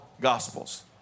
gospels